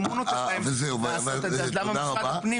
אם הוא נותן להם לעשות את זה אז למה משרד הפנים